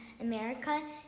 America